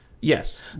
yes